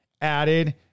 added